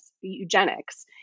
eugenics